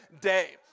day